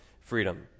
freedom